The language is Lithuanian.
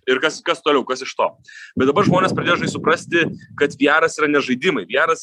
ir kas kas toliau kas iš to be dabar žmonės pradėjo žai suprasti kad viaras yra ne žaidimai viaras